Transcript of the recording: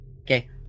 Okay